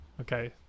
Okay